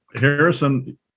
Harrison